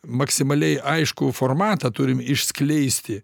maksimaliai aišku formatą turim išskleisti